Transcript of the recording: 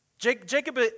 Jacob